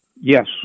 Yes